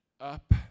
up